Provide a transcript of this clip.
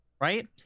right